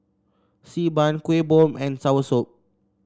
Xi Ban Kuih Bom and soursop